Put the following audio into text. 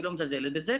אני לא מזלזלת בזה,